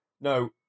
No